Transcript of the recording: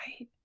right